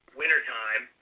wintertime